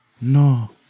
No